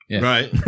Right